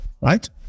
right